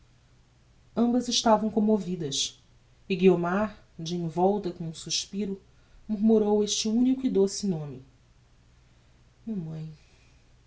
ambas estavam commovidas e guiomar de envolta com um suspiro murmurou este unico e doce nome mamãe era